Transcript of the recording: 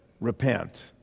repent